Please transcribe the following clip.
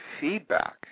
feedback